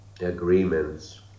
agreements